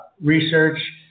research